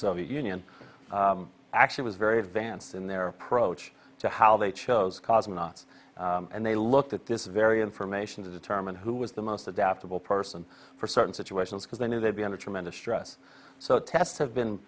soviet union actually was very advanced in their approach to how they chose cosmonauts and they looked at this very information to determine who was the most adaptable person for certain situations because they knew they'd be under tremendous stress so tests have